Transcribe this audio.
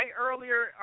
earlier